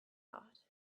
thought